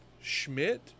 schmidt